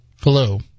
Hello